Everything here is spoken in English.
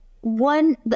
one